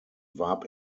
warb